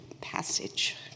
passage